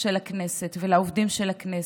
של הכנסת ולעובדים של הכנסת,